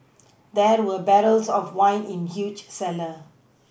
there were barrels of wine in the huge cellar